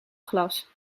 glas